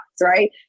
right